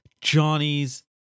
Johnny's